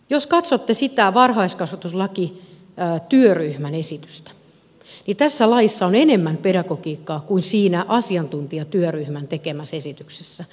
jos katsotte sitä varhaiskasvatuslakityöryhmän esitystä niin tässä laissa on enemmän pedagogiikkaa kuin siinä asiantuntijatyöryhmän tekemässä esityksessä